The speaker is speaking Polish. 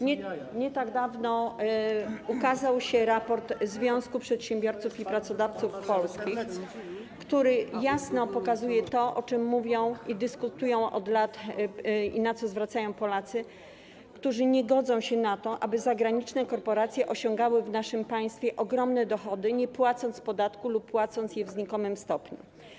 Nie tak dawno ukazał się raport Związku Przedsiębiorców i Pracodawców, który jasno pokazuje to, o czym mówią i dyskutują od lat Polacy, na co zwracają uwagę Polacy, którzy nie godzą się na to, aby zagraniczne korporacje osiągały w naszym państwie ogromne dochody, nie płacąc podatków lub płacąc je w znikomym stopniu.